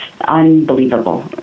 unbelievable